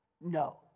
No